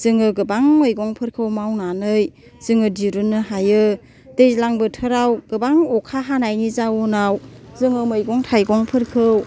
जोङो गोबां मैगंफोरखौ मावनानै जोङो दिरुननो हायो दैज्लां बोथोराव गोबां अखा हानायनि जाउनाव जोङो मैगं थायगंफोरखौ